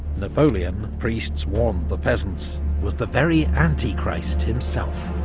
napoleon, priests warned the peasants, was the very antichrist himself.